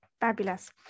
Fabulous